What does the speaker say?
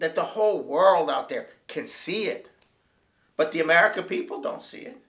that the whole world out there can see it but the american people don't see it